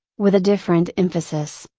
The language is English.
with a different emphasis.